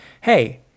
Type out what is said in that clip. hey